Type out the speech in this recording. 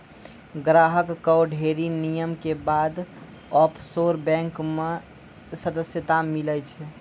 ग्राहक कअ ढ़ेरी नियम के बाद ऑफशोर बैंक मे सदस्यता मीलै छै